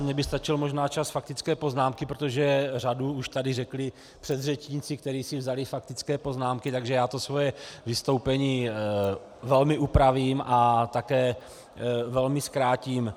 Mně by stačil možná čas faktické poznámky, protože řadu už tady řekli předřečníci, kteří si vzali faktické poznámky, takže já své vystoupení velmi upravím a také velmi zkrátím.